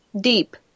deep